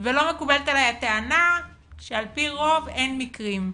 ולא מקובלת עלי הטענה שעל פי רוב אין מקרים.